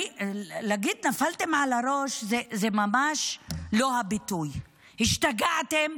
להגיד "נפלתם על הראש" זה ממש לא הביטוי, השתגעתם,